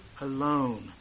alone